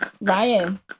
Ryan